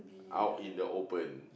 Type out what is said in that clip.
out in the open